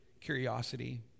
curiosity